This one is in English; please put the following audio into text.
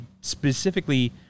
specifically